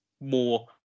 more